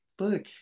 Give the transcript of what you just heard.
look